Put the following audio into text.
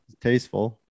tasteful